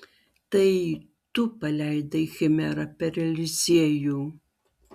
tai tu paleidai chimerą per eliziejų